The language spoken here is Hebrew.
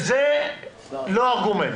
זה לא ארגומנט.